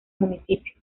municipio